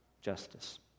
justice